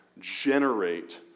generate